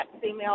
female